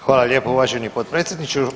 Hvala lijepo uvaženi potpredsjedniče.